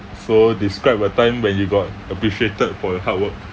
so describe a time when you got appreciated for your hard work